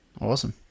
Awesome